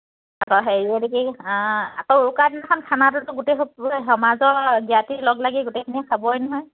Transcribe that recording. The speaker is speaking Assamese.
হেৰি এইটো কি উৰুকাৰ দিনাখন খানাটোতো গোটেই সমাজৰ জ্ঞাতি লগ লাগি গোটেইখিনিয়ে খাবই নহয়